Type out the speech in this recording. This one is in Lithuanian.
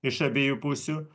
iš abiejų pusių